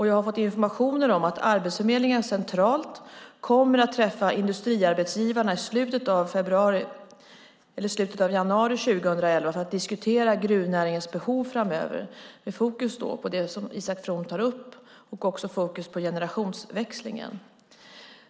Jag har fått information om att Arbetsförmedlingen centralt kommer att träffa Industriarbetsgivarna i slutet av januari 2011 för att diskutera gruvnäringens behov framöver med fokus på det som Isak From tar upp och på generationsväxlingen.